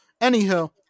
Anywho